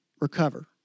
recover